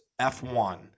f1